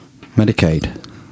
Medicaid